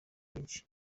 byinshi